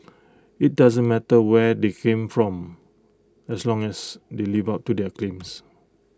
IT doesn't matter where they come from as long as they live up to their claims